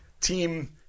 team